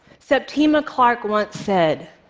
septima clark once said,